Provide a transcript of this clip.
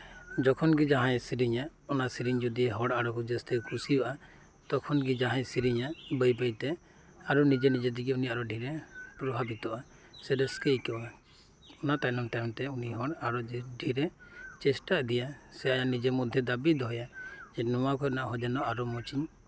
ᱡᱚᱠᱷᱚᱱ ᱜᱮ ᱡᱟᱦᱟᱸᱭ ᱥᱮᱨᱮᱧᱟ ᱚᱱᱟ ᱥᱮᱨᱮᱧ ᱡᱚᱫᱤ ᱦᱚᱲ ᱟᱨᱚᱠᱚ ᱡᱟᱹᱥᱛᱤᱠᱚ ᱠᱩᱥᱤᱭᱟᱜ ᱟ ᱛᱚᱠᱷᱚᱱ ᱜᱮ ᱡᱟᱦᱟᱸᱭ ᱥᱮᱨᱮᱧᱟ ᱵᱟᱹᱭ ᱵᱟᱹᱭᱛᱮ ᱟᱨ ᱱᱤᱡᱮ ᱱᱤᱡᱮ ᱛᱮᱜᱮ ᱩᱱᱤ ᱟᱨᱚ ᱰᱷᱮᱨᱮ ᱯᱨᱚᱵᱷᱟᱵᱤᱛᱚᱜ ᱟ ᱥᱮ ᱨᱟᱹᱥᱠᱟᱹᱭ ᱟᱹᱭᱠᱟᱹᱣᱟ ᱚᱱᱟ ᱛᱟᱭᱱᱚᱢ ᱛᱟᱭᱱᱚᱢ ᱛᱮ ᱩᱱᱤ ᱦᱚ ᱟᱨᱦᱚᱸ ᱰᱷᱮᱨᱮ ᱪᱮᱥᱴᱟ ᱤᱫᱤᱭᱟ ᱥᱮ ᱟᱡ ᱱᱤᱡᱮ ᱢᱚᱫᱽᱫᱷᱮ ᱫᱟᱹᱵᱤᱭ ᱫᱚᱦᱚᱭᱟ ᱡᱮ ᱱᱚᱣᱟ ᱠᱷᱚᱱᱟᱜ ᱦᱚ ᱟᱨᱦᱚ ᱡᱮᱱᱚ ᱟᱨ ᱢᱚᱸᱡᱤᱧ